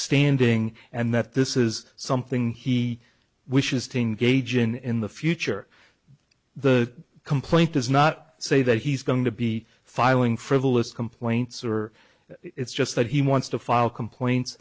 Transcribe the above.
standing and that this is something he wishes to engage in in the future the complaint does not say that he's going to be filing frivolous complaints or it's just that he wants to file complaints